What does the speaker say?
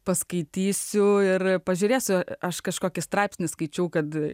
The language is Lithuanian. paskaitysiu ir pažiūrėsiu aš kažkokį straipsnį skaičiau kad